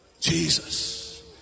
Jesus